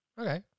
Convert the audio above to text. Okay